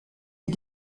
est